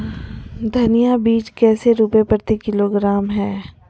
धनिया बीज कैसे रुपए प्रति किलोग्राम है?